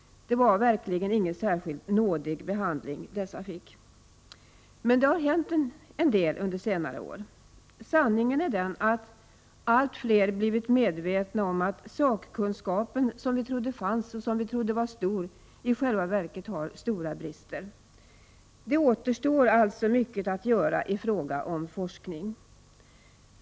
Det var verkligen inte någon särskild nådig behandling dessa fick. Men det har hänt en del under senare år. Sanningen är den att allt fler blivit medvetna om att sakkunskapen, som vi trodde fanns och var stor, i själva verket har stora brister. Det återstår alltså mycket att göra i fråga om forskning.